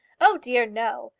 o dear, no.